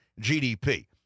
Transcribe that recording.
GDP